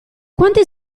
quanti